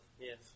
yes